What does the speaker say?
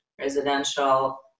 residential